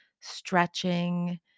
stretching